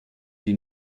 die